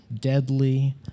deadly